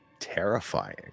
terrifying